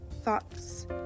thoughts